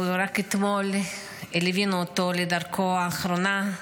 רק אתמול ליווינו אותו בדרכו האחרונה.